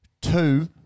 Two